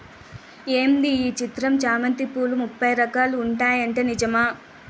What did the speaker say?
ఏంది ఈ చిత్రం చామంతి పూలు ముప్పై రకాలు ఉంటాయట నిజమా